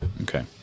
Okay